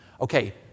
Okay